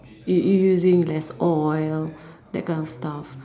you you using less oil that kind of stuff